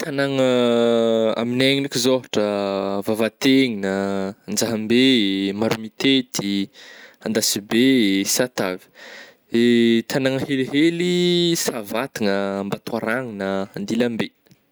Tagnàna amignay ndraiky zao ôhatra Vavatenina, Njahambe, Maromitety, Andasibe, Satavy, tagnàna helihely Savatagna, Ambatoaragnina, Andilambe.